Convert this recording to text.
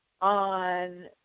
on